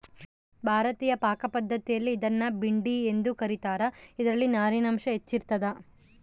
ಭಾರತೀಯ ಪಾಕಪದ್ಧತಿಯಲ್ಲಿ ಇದನ್ನು ಭಿಂಡಿ ಎಂದು ಕ ರೀತಾರ ಇದರಲ್ಲಿ ನಾರಿನಾಂಶ ಹೆಚ್ಚಿರ್ತದ